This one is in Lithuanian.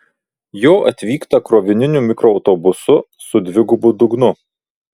jo atvykta krovininiu mikroautobusu su dvigubu dugnu